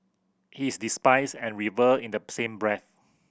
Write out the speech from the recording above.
he is despised and revered in the same breath